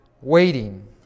Waiting